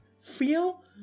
feel